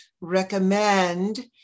recommend